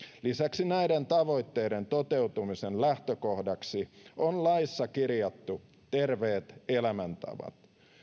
lisäksi näiden tavoitteiden toteutumisen lähtökohdaksi on laissa kirjattu terveet elämäntavat